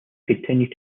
continued